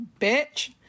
bitch